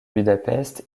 budapest